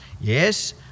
yes